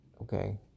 Okay